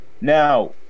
Now